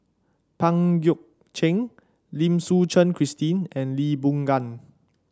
Pang Guek Cheng Lim Suchen Christine and Lee Boon Ngan